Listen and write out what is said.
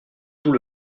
tout